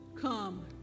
Come